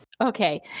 okay